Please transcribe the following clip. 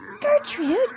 Gertrude